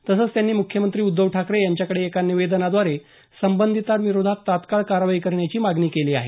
तसंच त्यांनी मुख्यमंत्री उद्धव ठाकरे यांच्याकडे एका निवेदनाद्वारे संबंधितांविरोधात तात्काळ कारवाई करण्याची मागणी केली आहे